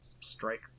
strike